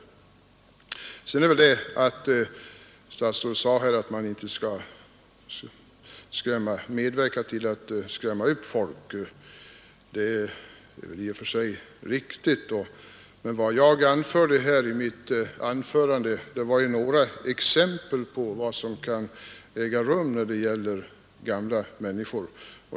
Statsrådet sade här att man inte skall medverka till att skrämma upp folk. Det är väl i och för sig riktigt, men vad jag anförde var några exempel på vad som kan äga rum när det gäller gamla människor.